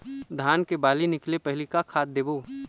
धान के बाली निकले पहली का खाद देबो?